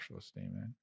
statement